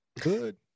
Good